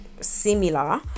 similar